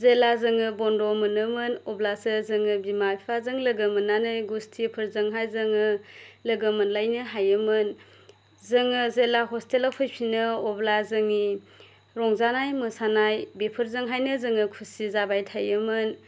जेला जोङो बन्द' मोनोमोन अब्लासो जोङो बिमा फिफाजों लोगो मोनानै गुस्थिफोरजोंहाय जोङो लोगो मोनलायनो हायोमोन जोङो जेला हस्टेलाव फैफिनो अब्ला जोेंनि रंजानाय मोसानाय बेफोरजोंहायनो जोङो खुसि जाबाय थायोमोन